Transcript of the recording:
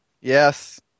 Yes